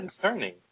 concerning